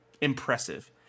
impressive